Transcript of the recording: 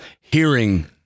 hearing